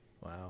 Wow